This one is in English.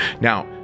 Now